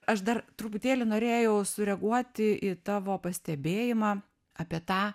aš dar truputėlį norėjau sureaguoti į tavo pastebėjimą apie tą